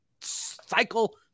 cycle